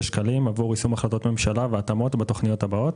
שקלים עבור יישום החלטות ממשלה והתאמות בתוכניות הבאות: